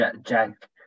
Jack